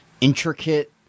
intricate